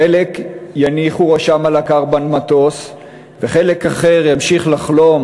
חלק יניחו ראשם על הכר במטוס וחלק אחר ימשיך לחלום